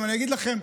אני גם אגיד לכם,